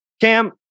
Cam